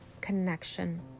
connection